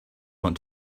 want